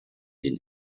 den